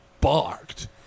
barked